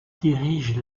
dirige